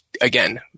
again